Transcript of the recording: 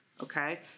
Okay